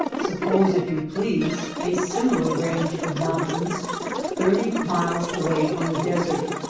suppose, if you please, a similar range of mountains thirty miles away on the desert.